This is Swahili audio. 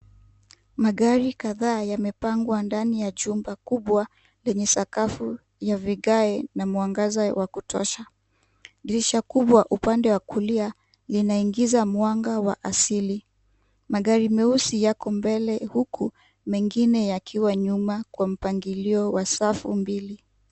Magari kadha yamepangwa ndani ya chumba kubwa lenye sakafu la vigae na mwangaza wa kutosha. Dirisha kubwa upande wa kulia linaingiza mwanga wa asili. Magari meusi yako mbele huku mengine yakiwa nyuma kwa mpangilio wa safu mbili.